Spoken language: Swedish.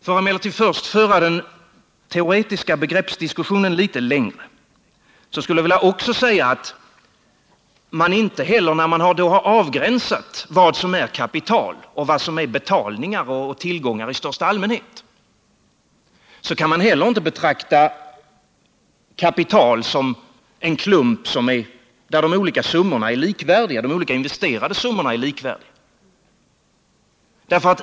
För att emellertid först föra den teoretiska begreppsdiskussionen litet längre skulle jag också vilja säga att man inte heller, när man har avgränsat vad som är kapital och vad som är betalningar och tillgångar i största allmänhet, kan betrakta kapital som en klump, där de olika investerade summorna är likvärdiga.